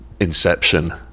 Inception